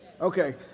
Okay